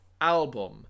album